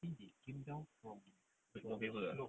mount faber ah